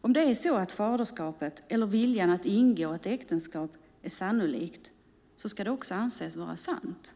Om faderskapet eller viljan att ingå ett äktenskap är sannolikt ska det också anses vara sant.